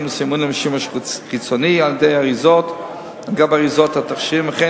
לסימון "לשימוש חיצוני" על גבי אריזות התכשירים בשפה הרוסית,